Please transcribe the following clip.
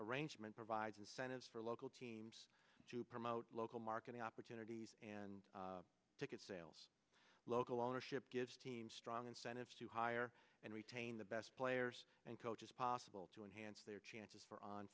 arrangement provides incentives for local teams to promote local marketing opportunities and ticket sales local ownership gives teams strong incentives to hire and retain the best players and coaches possible to enhance their chances for on